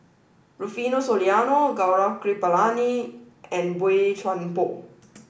Rufino Soliano Gaurav Kripalani and Boey Chuan Poh